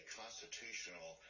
constitutional